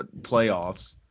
playoffs